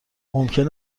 ممکن